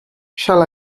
shall